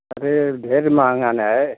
अरे ढेर मांगन है